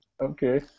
Okay